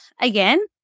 again